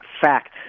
Fact